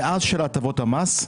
מאז שיש הטבות מס,